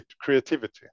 creativity